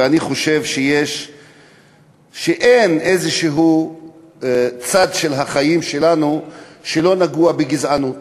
ואני חושב שאין צד של החיים שלנו שלא נגוע בגזענות,